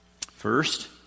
First